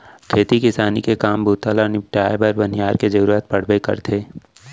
खेती किसानी के काम बूता ल निपटाए बर बनिहार के जरूरत पड़बे करथे